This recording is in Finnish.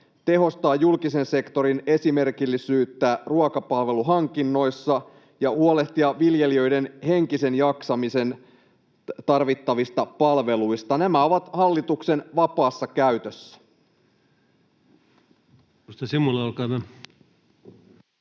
tehostaa julkisen sektorin esimerkillisyyttä ruokapalveluhankinnoissa ja huolehtia viljelijöiden henkiseen jaksamiseen tarvittavista palveluista. Nämä ovat hallituksen vapaassa käytössä.